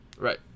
Right